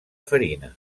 farina